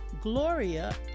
gloria